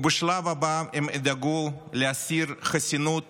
ובשלב הבא הם ידאגו להסיר חסינות